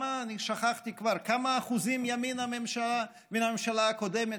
שכחתי כבר, כמה אחוזים ימינה מן הממשלה הקודמת?